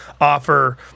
offer